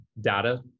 data